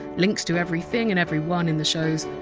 links to everything and everyone in the shows,